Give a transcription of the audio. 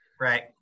right